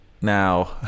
Now